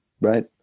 right